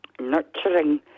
nurturing